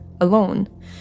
alone